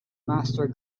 master